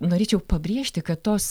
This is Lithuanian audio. norėčiau pabrėžti kad tos